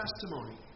testimony